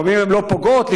לפעמים הן לא פוגעות,